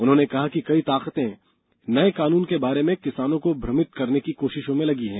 उन्होंने कहा कि कई ताकतें नए कानून के बारे में किसानों को भ्रमित करने की कोशिशों में लगी हैं